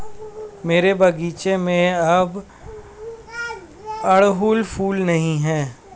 मेरे बगीचे में अब अड़हुल फूल नहीं हैं